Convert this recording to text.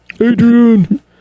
Adrian